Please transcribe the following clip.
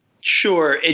Sure